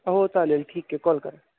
हो चालेल ठीक आहे कॉल करा